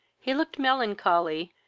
he looked melancholy,